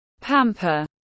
Pamper